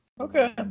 Okay